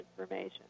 information